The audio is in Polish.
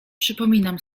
przypominam